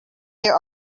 there